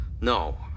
No